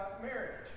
marriage